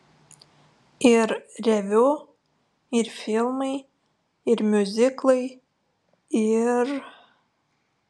ir reviu ir filmai ir miuziklai ir